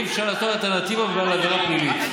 אי-אפשר אלטרנטיבה בגלל עבירה פלילית.